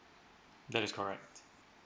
that is correct